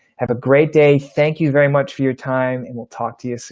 have a great day. thank you very much for your time. and we'll talk to you so